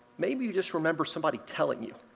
maybe you just remember somebody telling you.